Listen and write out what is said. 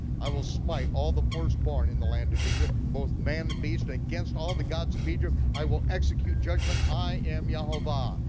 i will smite all the firstborn in the land of egypt, both man and beast, and against all the gods of egypt i will execute judgment, i am yehovah.